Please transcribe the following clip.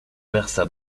versa